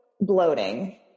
bloating